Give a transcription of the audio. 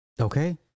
Okay